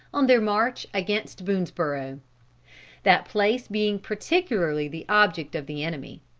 on their march against boonesborough that place being particularly the object of the enemy.